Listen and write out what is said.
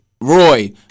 Roy